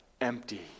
empty